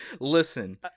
Listen